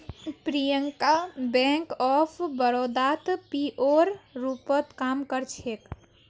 Priyanka Bank of बड़ौदात पीओर रूपत काम कर छेक